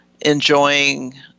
enjoying